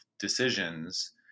decisions